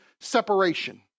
separation